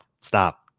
stop